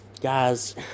Guys